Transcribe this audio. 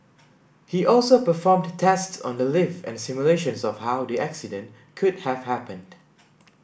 he also performed tests on the lift and simulations of how the accident could have happened